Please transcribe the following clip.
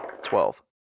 Twelve